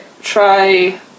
try